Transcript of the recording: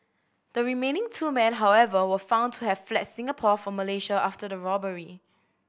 the remaining two men however were found to have fled Singapore for Malaysia after the robbery